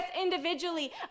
individually